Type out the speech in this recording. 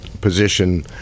position